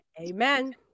Amen